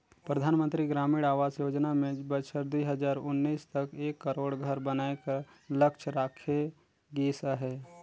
परधानमंतरी ग्रामीण आवास योजना में बछर दुई हजार उन्नीस तक एक करोड़ घर बनाए कर लक्छ राखे गिस अहे